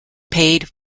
paid